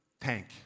tank